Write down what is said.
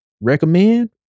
recommend